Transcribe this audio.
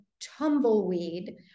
tumbleweed